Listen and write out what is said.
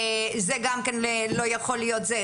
זה גם כן לא יכול להיות זה,